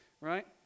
right